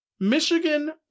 Michigan